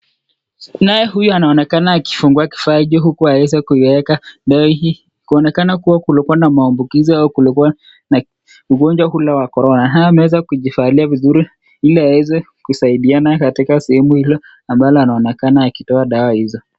Tunaye huyu anaonekana akifungua kifaa juu huku aweza kuiweka, dawa hii kuonakana kulikuwa na maambukizi au kulikuwa na ugonjwa ule wa corona , hawa wameweza kujivalia vizuri ili aweze kusaidiana katika sehemu hilo ambalo anaonekana akipewa dawa hizo.